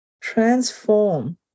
transform